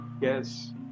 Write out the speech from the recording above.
yes